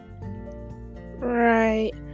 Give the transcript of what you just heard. right